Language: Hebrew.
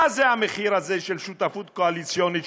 מה המחיר הזה של שותפות קואליציונית,